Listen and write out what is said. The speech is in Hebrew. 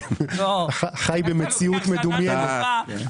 חי במציאות מדומיינת.